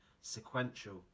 sequential